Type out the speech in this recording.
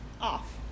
Off